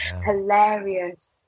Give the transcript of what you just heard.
Hilarious